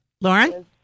Lauren